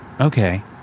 Okay